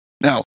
Now